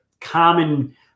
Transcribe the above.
common